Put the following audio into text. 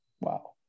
wow